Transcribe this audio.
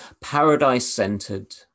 paradise-centered